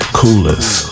coolest